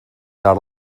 not